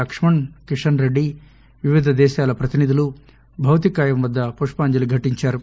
Laxman Kishan Reddy వివిధదేశాలప్రతినిధులుభౌతికకాయంవద్దపుష్పాంజలిఘటించారు